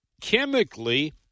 Chemically